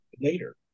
later